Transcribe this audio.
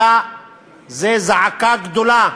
אלא זו זעקה גדולה,